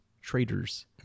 traitors